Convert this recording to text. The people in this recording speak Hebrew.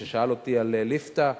ששאל אותי על ליפתא,